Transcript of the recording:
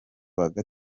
mauritius